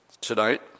tonight